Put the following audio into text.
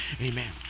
amen